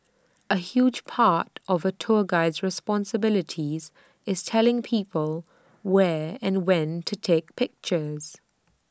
A huge part of A tour guide's responsibilities is telling people where and when to take pictures